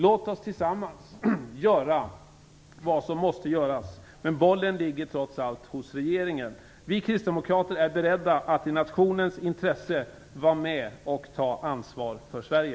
Låt oss tillsammans göra vad som måste göras, men bollen ligger trots allt hos regeringen. Vi kristdemokrater är beredda att i nationens intresse vara med och ta ansvar för Sverige.